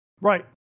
Right